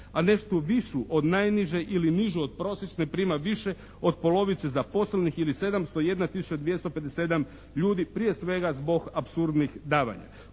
a nešto višu od najniže ili nižu od prosječne prima više od polovice zaposlenih ili 701 tisuća 257 ljudi prije svega zbog apsurdnih davanja.